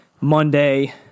Monday